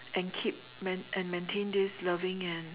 and keep main~ and maintain this loving and